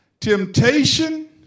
Temptation